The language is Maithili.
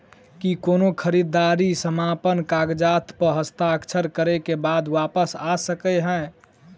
की कोनो खरीददारी समापन कागजात प हस्ताक्षर करे केँ बाद वापस आ सकै है?